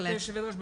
גברתי היושבת-ראש,